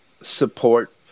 support